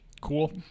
cool